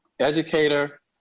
educator